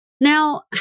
Now